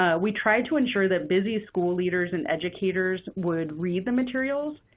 ah we tried to ensure that busy school leaders and educators would read the materials.